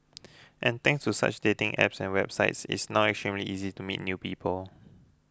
and thanks to such dating apps and websites it's now extremely easy to meet new people